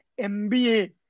MBA